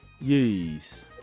yes